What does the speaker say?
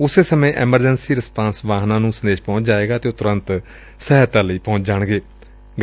ਉਸੇ ਸਮੇਾ emergency response ਵਾਹਨ ਨੂੰ ਸੰਦੇਸ਼ ਪਹੁੰਚ ਜਾਏਗਾ ਤੇ ਉਹ ਤੁਰੰਤ ਸਹਾਇਤਾ ਲਈ ਪਹੰਚੇਗਾ